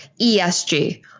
ESG